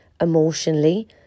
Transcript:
emotionally